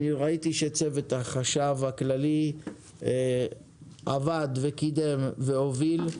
אני ראיתי שצוות החשב הכללי עבד וקידם והוביל,